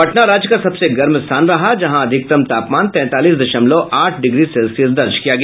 पटना राज्य का सबसे गर्म स्थान रहा जहां अधिकतम तापमान तैंतालीस दशमलव आठ डिग्री सेल्सियस दर्ज किया गया